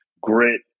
grit